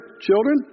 children